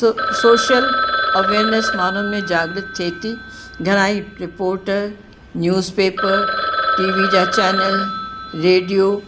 स social awareness माण्हुनि में जाग्रत थिए थी घणाई report newspaper T V जा चैनल रेडियो